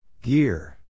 Gear